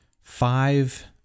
five